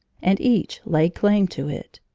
and each laid claim to it.